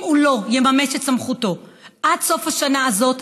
אם הוא לא יממש את סמכותו עד סוף השנה הזאת,